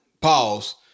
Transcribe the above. Pause